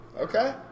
Okay